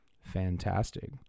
Fantastic